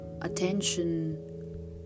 attention